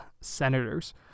Senators